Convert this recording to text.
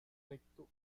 recto